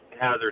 hazard